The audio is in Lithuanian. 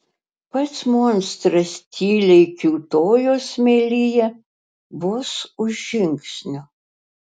pats monstras tyliai kiūtojo smėlyje vos už žingsnio